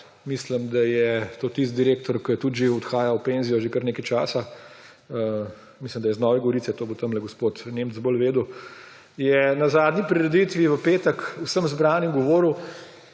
mislim, da je to tisti direktor, ki tudi odhaja v penzijo že kar nekaj časa, mislim, da je iz Nove Gorice, to bo gospod Nemec bolje vedel, je na zadnji prireditvi v petek vsem zbranim govoril,